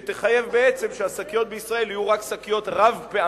ויחייב שהשקיות בישראל יהיו רק רב-פעמיות.